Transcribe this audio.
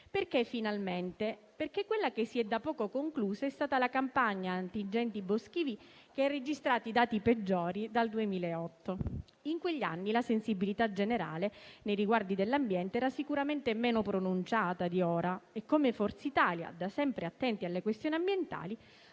detto "finalmente" perché quella che si è da poco conclusa è stata la campagna antincendi boschivi che ha registrato i dati peggiori dal 2008. In quegli anni la sensibilità generale nei riguardi dell'ambiente era sicuramente meno pronunciata di ora, e come Forza Italia, da sempre attenti alle questioni ambientali,